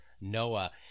Noah